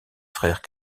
frères